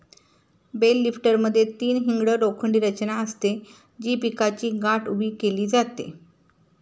bell लिफ्टरमध्ये तीन hinged लोखंडी रचना असते, जी पिकाची गाठ उभी केली जाते